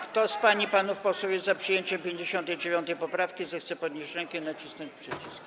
Kto z pań i panów posłów jest za przyjęciem 59. poprawki, zechce podnieść rękę i nacisnąć przycisk.